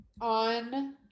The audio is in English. on